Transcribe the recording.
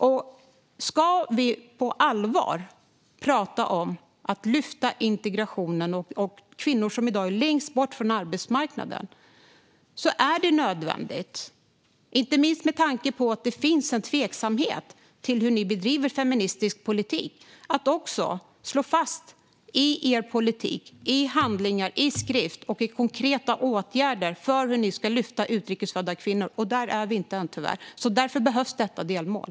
Om vi på allvar ska prata om att lyfta integrationen och kvinnor som i dag står längst bort från arbetsmarknaden är det nödvändigt, inte minst med tanke på att det finns en tveksamhet till hur ni bedriver feministisk politik, att ni slår fast i er politik, i handlingar, i skrift och i konkreta åtgärder hur ni ska lyfta utrikesfödda kvinnor. Där är vi tyvärr inte än, och därför behövs detta delmål.